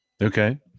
Okay